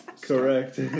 Correct